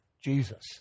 Jesus